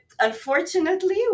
unfortunately